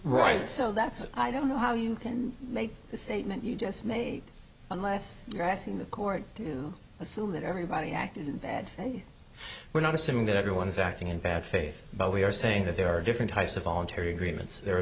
right so that's i don't know how you can make the statement you just made unless you're asking the court to assume that everybody acted that way we're not assuming that everyone is acting in bad faith but we are saying that there are different types of voluntary agreements there are